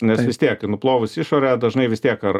nes vis tiek nuplovus išorę dažnai vis tiek ar